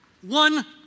one